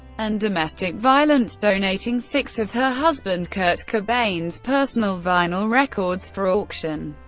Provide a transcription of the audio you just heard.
and domestic violence, donating six of her husband kurt cobain's personal vinyl records for auction.